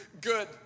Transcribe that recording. good